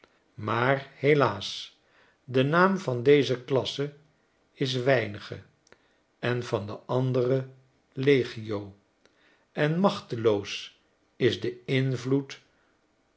maar helaas de naam van deze klasse is weinige en van de andere legio en machteloos is de invloed